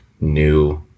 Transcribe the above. new